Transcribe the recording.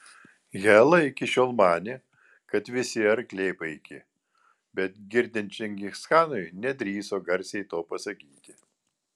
hela iki šiol manė kad visi arkliai paiki bet girdint čingischanui nedrįso garsiai to pasakyti